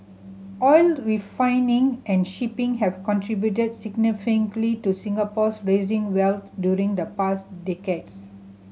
oil refining and shipping have contributed significantly to Singapore's rising wealth during the past decades